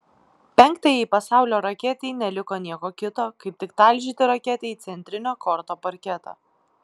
penktajai pasaulio raketei neliko nieko kito kaip tik talžyti raketę į centrinio korto parketą